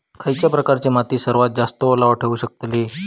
खयच्या प्रकारची माती सर्वात जास्त ओलावा ठेवू शकतली?